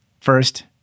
first